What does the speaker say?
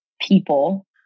people